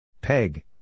Peg